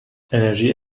انرژی